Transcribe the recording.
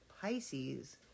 Pisces